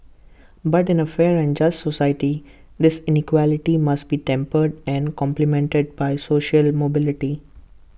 but in A fair and just society this inequality must be tempered and complemented by social mobility